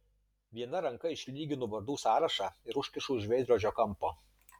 viena ranka išlyginu vardų sąrašą ir užkišu už veidrodžio kampo